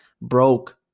broke